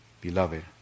beloved